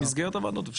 במסגרת הוועדות אפשר.